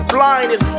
Blinded